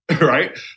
right